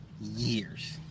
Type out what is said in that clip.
years